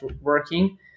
working